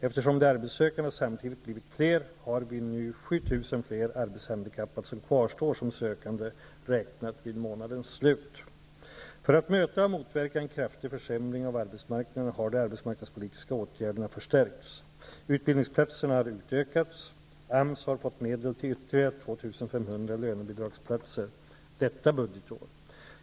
Eftersom de arbetssökande samtidigt blivit fler, har vi nu ca 7 000 fler arbetshandikappade, som kvarstår som sökande räknat vid månadens slut. För att möta och motverka en kraftig försämring av arbetsmarknaden har de arbetsmarknadspolitiska åtgärderna förstärkts. Utbildningsplatserna har utökats. AMS har fått medel till ytterligare 2 500 lönebidragsplatser detta budgetår.